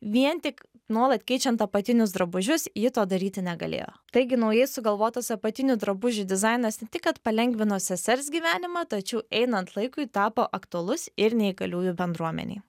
vien tik nuolat keičiant apatinius drabužius ji to daryti negalėjo taigi naujai sugalvotas apatinių drabužių dizainas ne tik kad palengvino sesers gyvenimą tačiau einant laikui tapo aktualus ir neįgaliųjų bendruomenei